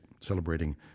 celebrating